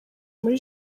muri